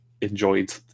enjoyed